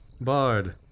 Bard